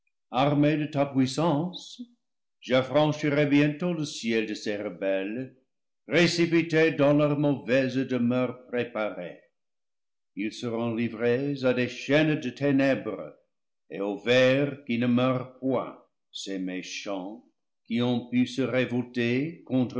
armé de ta puissance j'affranchirai bien tôt le ciel de ces rebelles précipités dans leur mauvaise de meure préparée ils seront livrés à des chaînes de ténèbres et au ver qui ne meurt point ces méchants qui ont pu se révol ter contre